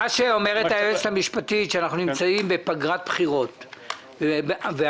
היועצת המשפטית אומרת שאנחנו נמצאים בפגרת בחירות ועל